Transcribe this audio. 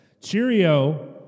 cheerio